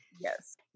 Yes